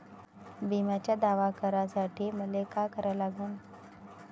बिम्याचा दावा करा साठी मले का करा लागन?